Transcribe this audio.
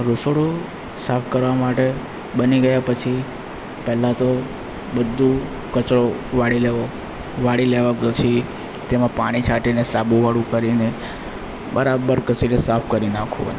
રસોડું સાફ કરવા માટે બની ગયાં પછી પહેલા તો બધું કચરો વાળી લેવો વાળી લેવા પછી તેમાં પાણી છાંટીને સાબુવાળું કરીને બરાબર ઘસીને સાફ કરી નાખવાનું